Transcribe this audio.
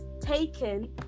taken